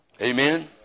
amen